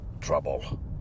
trouble